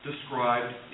described